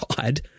God